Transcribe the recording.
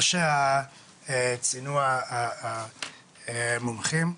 להלן תרגום חופשי) מה שציינו המומחים,